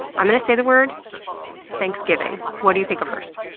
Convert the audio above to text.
i'm going to say the word thanksgiving. what do you think of first?